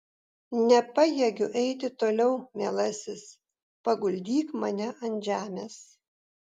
nepajėgiu eiti toliau mielasis paguldyk mane ant žemės